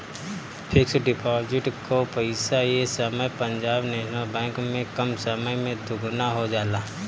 fix deposit कअ पईसा ए समय पंजाब नेशनल बैंक में कम समय में दुगुना हो जाला